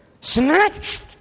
snatched